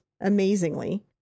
amazingly